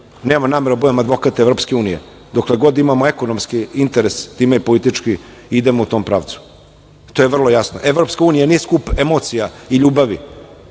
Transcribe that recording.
Nemam nameru da budem advokat EU. Dokle god imamo ekonomski interes, time politički idemo u tom pravcu, to je vrlo jasno. Evropska unija nije skup emocija i ljubavi,